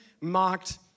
mocked